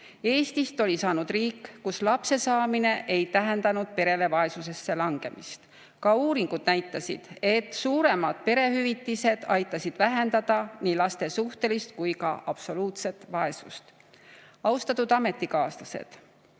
Eestist oli saanud riik, kus lapse saamine ei tähendanud perele vaesusesse langemist. Ka uuringud näitasid, et suuremad perehüvitised aitasid vähendada nii laste suhtelist kui ka absoluutset vaesust. Austatud ametikaaslased!